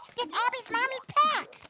did abby's mommy pack?